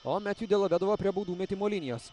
o metju delovedova prie baudų metimo linijos